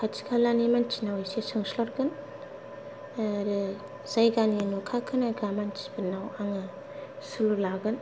खाथि खालानि मानसिनाव एसे सोंस्लदगोन आरो जायगानि नुखा खोनाखा मानसिफोरनाव आङो सुलुग लागोन